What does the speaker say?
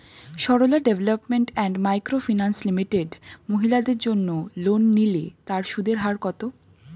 Sarala development and micro finance limited মহিলাদের জন্য loan নিলে তার সুদের হার কত?